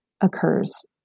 occurs